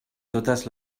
totes